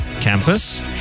Campus